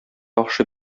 яхшы